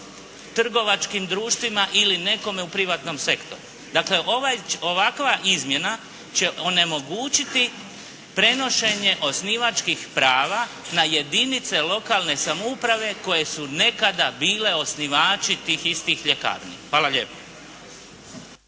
trgovačkim društvima ili nekome u privatnom sektoru. Dakle, ovaj, ovakva izmjena će onemogućiti prenošenje osnivačkih prava na jedinice lokalne samouprave koje su nekada bile osnivači tih istih ljekarni. Hvala lijepa.